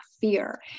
fear